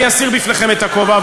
אני אסיר בפניכם את הכובע.